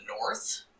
north